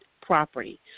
property